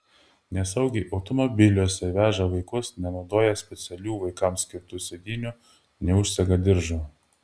nesaugiai automobiliuose veža vaikus nenaudoja specialių vaikams skirtų sėdynių neužsega diržo